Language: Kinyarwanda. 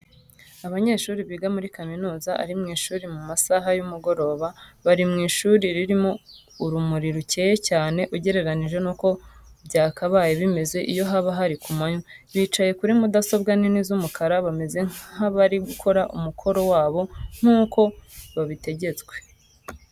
Abanyeshuri biga muri kaminuza ari mu ishuri mu masaha y'umugoroba. Bari mu ishuri ririmo urumuri rukeya cyane ugereranyije n'uko byakabaye bimeze iyo haba ari kumanywa. Bicaye kuri mudasobwa nini z'umukara bameze nkabari gukora umukoro wabo nkuko babitegetswe.